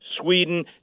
Sweden